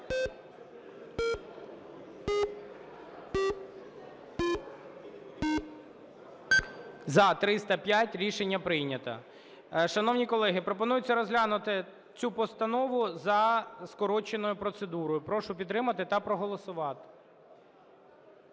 За-305 Рішення прийнято. Шановні колеги, пропонується розглянути цю постанову за скороченою процедурою. Прошу підтримати та проголосувати.